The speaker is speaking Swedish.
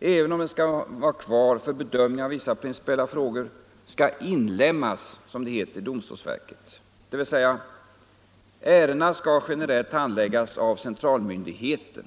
även om den skall vara kvar för bedömning av vissa principiella frågor, skall inlemmas, som det heter, i domstolsverket, dvs. ärendena skall generellt handläggas av centralmyndigheten.